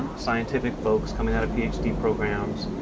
and scientific folks coming out of ph d. programs.